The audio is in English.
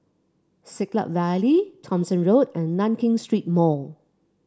Siglap Valley Thomson Road and Nankin Street Mall